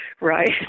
right